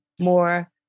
More